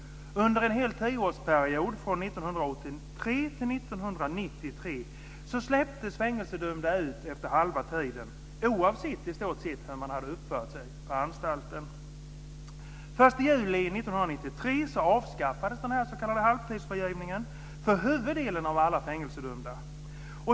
Under en hel tioårsperiod, från 1983 till 1993, släpptes fängelsedömda ut efter halva tiden, i stort sett oavsett hur de hade uppfört sig på anstalten. Den 1 juli 1993 avskaffades den s.k. halvtidsfrigivningen för huvuddelen av alla fängelsedömda.